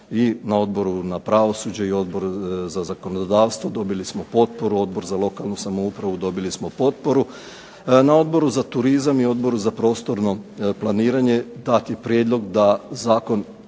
na Odboru za pravosuđe i Odboru za zakonodavstvo dobili smo potporu, Odbor za lokalnu samoupravu dobili smo potporu. Na Odboru za turizam i Odboru za prostorno planiranje dat je prijedlog da zakon